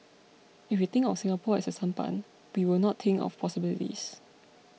if we think of Singapore as a sampan we will not think of possibilities